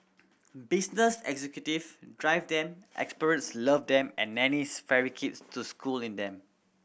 business executive drive them expatriates love them and nannies ferry kids to school in them